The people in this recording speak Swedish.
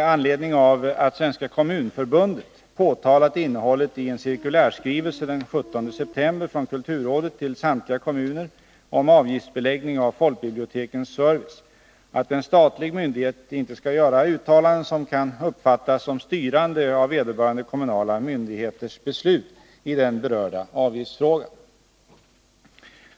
anledning av att Svenska kommunförbundet påtalat innehållet i en cirkulärskrivelse den 17 september från kulturrådet till samtliga kommuner om avgiftsbeläggning av folkbibliotekens service, att en statlig myndighet inte skall göra uttalanden som kan uppfattas som styrande av vederbörande kommunala myndigheters beslut i den berörda avgiftsfrågan.